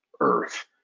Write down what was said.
earth